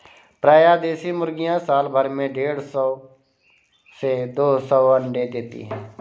प्रायः देशी मुर्गियाँ साल भर में देढ़ सौ से दो सौ अण्डे देती है